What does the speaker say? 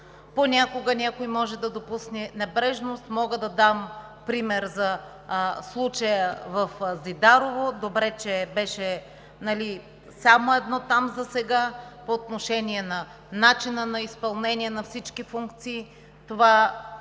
Понякога някой може да допусне небрежност. Мога да дам пример със случая в Зидарово – добре че беше само едно там, засега, по отношение начина на изпълнение на всички функции. Това беше